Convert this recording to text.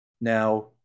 now